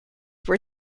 where